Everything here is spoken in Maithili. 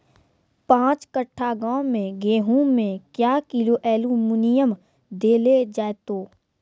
पाँच कट्ठा गांव मे गेहूँ मे क्या किलो एल्मुनियम देले जाय तो?